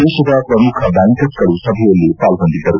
ದೇಶದ ಪ್ರಮುಖ ಬ್ಯಾಂಕರ್ಗಳು ಸಭೆಯಲ್ಲಿ ಪಾಲ್ಗೊಂಡಿದ್ದರು